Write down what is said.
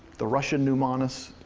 the russian mnemonist,